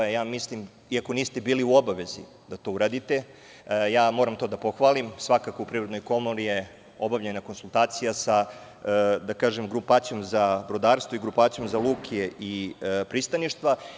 Ja mislim, iako niste bili u obavezi da to uradite, moram to da pohvalim, svakako, u Privrednoj komori je obavljena konsultacija sa, da kažem, grupacijom za brodarstvo i grupacijom za luke i pristaništa.